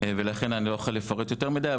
לכן אני לא אוכל לפרט יותר מידי.